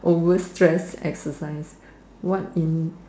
over stretch exercise what in